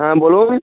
হ্যাঁ বলুন